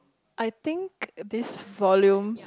I think this volume